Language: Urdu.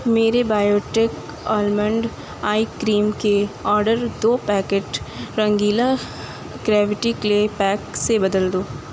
میرے بایوٹیک آلمنڈ آئی کریم کے آڈر دو پیکٹ رنگیلا کریوٹی کلے پیک سے بدل دو